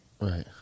Right